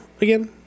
again